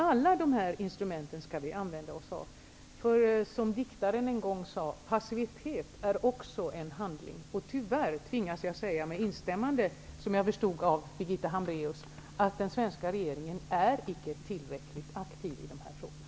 Alla dessa instrument skall vi använda oss av. Som diktaren en gång sade: Passivitet är också en handling. Tyvärr tvingas jag säga -- med instämmande, som jag förstod, av Birgitta Hambraeus -- att den svenska regeringen inte är tillräckligt aktiv i dessa frågor.